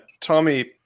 Tommy